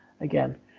again